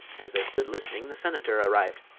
as they stood listening the senator arrived,